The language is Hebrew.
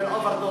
מנת יתר ממנו.